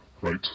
right